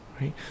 right